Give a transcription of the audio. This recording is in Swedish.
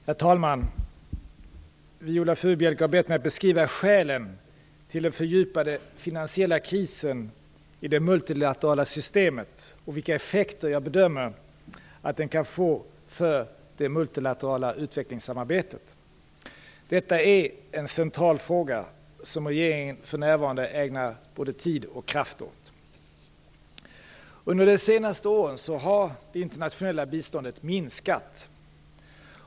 Herr talman! Viola Furubjelke har bett mig att beskriva skälen till den fördjupade finansiella krisen i det multilaterala systemet och vilka effekter jag bedömer att den kan få för det multilaterala utvecklingssamarbetet. Detta är en central fråga som regeringen för närvarande ägnar både tid och kraft åt. Under de senaste åren har det internationella biståndet minskat.